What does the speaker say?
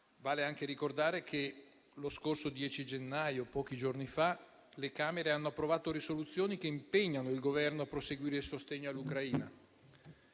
Vale anche ricordare che lo scorso 10 gennaio, pochi giorni fa, le Camere hanno approvato risoluzioni che impegnano il Governo a proseguire il sostegno all'Ucraina,